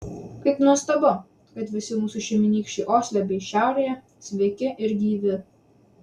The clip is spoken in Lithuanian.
kaip nuostabu kad visi mūsų šeimynykščiai osle bei šiaurėje sveiki ir gyvi